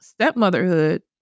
stepmotherhood